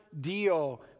deal